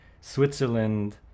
switzerland